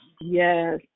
yes